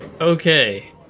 Okay